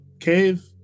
cave